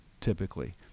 typically